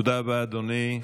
תודה רבה, אדוני.